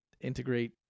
integrate